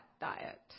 diet